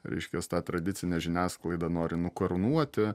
reiškias tą tradicinę žiniasklaidą nori nukarūnuoti